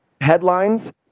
Headlines